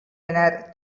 என்ன